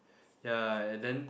ya and then